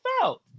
felt